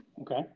Okay